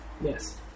Yes